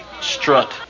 Strut